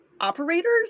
operators